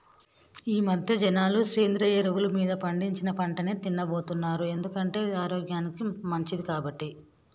ఈమధ్య జనాలు సేంద్రియ ఎరువులు మీద పండించిన పంటనే తిన్నబోతున్నారు ఎందుకంటే అది ఆరోగ్యానికి మంచిది కాబట్టి